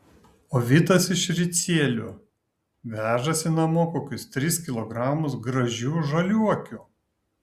o vitas iš ricielių vežasi namo kokius tris kilogramus gražių žaliuokių